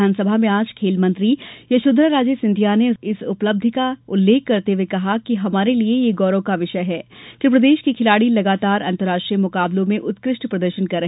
विधानसभा में आज खेल मंत्री यशोधरा राजे सिंधिया ने इस उपलब्धि का उल्लेख करते हए कहा कि हमारे लिये ये गौरव का विषय है कि प्रदेश के खिलाडी लगातार अंतर्राष्ट्रीय मुकाबलों में उत्कृष्ट प्रदर्शन कर रहे हैं